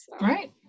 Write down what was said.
Right